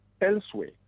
elsewhere